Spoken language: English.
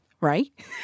right